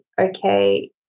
okay